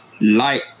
light